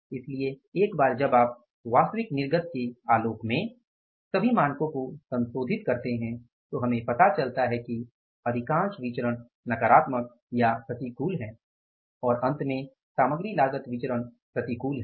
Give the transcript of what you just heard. इसलिए एक बार जब आप वास्तविक निर्गत के आलोक में सभी मानकों को संशोधित करते हैं तो हमें पता चलता है कि अधिकांश विचरण नकारात्मकप्रतिकूल हैं और अंत में सामग्री लागत विचरण प्रतिकूल है